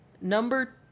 Number